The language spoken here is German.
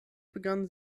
begann